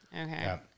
Okay